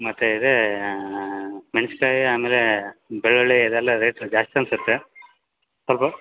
ಮತ್ತು ಇದೆ ಮೆಣ್ಸ್ಕಾಯ್ ಆಮೇಲೆ ಬೆಳ್ಳುಳ್ಳಿ ಇದೆಲ್ಲ ರೇಟ್ ಜಾಸ್ತಿ ಅನ್ನಿಸುತ್ತೆ ಸ್ವಲ್ಪ